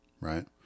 Right